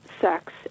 sex